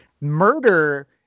murder